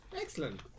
excellent